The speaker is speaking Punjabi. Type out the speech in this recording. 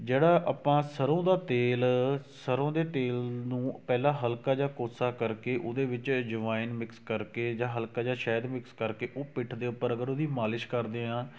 ਜਿਹੜਾ ਆਪਾਂ ਸਰ੍ਹੋਂ ਦਾ ਤੇਲ ਸਰ੍ਹੋਂ ਦੇ ਤੇਲ ਨੂੰ ਪਹਿਲਾਂ ਹਲਕਾ ਜਿਹਾ ਕੋਸਾ ਕਰਕੇ ਉਹਦੇ ਵਿੱਚ ਅਜਵਾਇਨ ਮਿਕਸ ਕਰਕੇ ਜਾਂ ਹਲਕਾ ਜਿਹਾ ਸ਼ਹਿਦ ਮਿਕਸ ਕਰਕੇ ਉਹ ਪਿੱਠ ਦੇ ਉੱਪਰ ਅਗਰ ਉਹਦੀ ਮਾਲਿਸ਼ ਕਰਦੇ ਹਾਂ